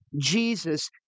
Jesus